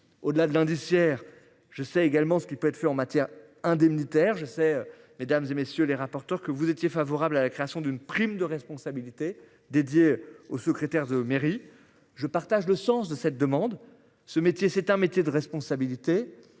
Au-delà de l'indiciaire. Je sais également ce qui peut être fait en matière indemnitaire je sais mesdames et messieurs les rapporteurs que vous étiez favorable à la création d'une prime de responsabilité dédié au secrétaire de mairie. Je partage le sens de cette demande. Ce métier, c'est un métier de responsabilité.